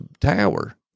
tower